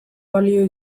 balio